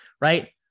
Right